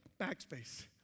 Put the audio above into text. Backspace